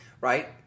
right